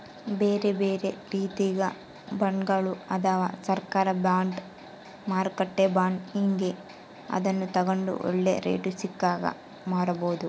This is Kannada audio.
ಬೇರೆಬೇರೆ ರೀತಿಗ ಬಾಂಡ್ಗಳು ಅದವ, ಸರ್ಕಾರ ಬಾಂಡ್, ಮಾರುಕಟ್ಟೆ ಬಾಂಡ್ ಹೀಂಗ, ಅದನ್ನು ತಗಂಡು ಒಳ್ಳೆ ರೇಟು ಸಿಕ್ಕಾಗ ಮಾರಬೋದು